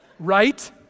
right